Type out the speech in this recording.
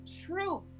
truth